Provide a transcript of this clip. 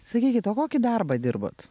sakykit o kokį darbą dirbot